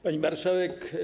Pani Marszałek!